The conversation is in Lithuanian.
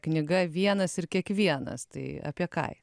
knyga vienas ir kiekvienas tai apie ką